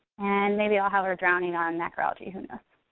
and maybe i'll have her drowning on macroalgae, who knows?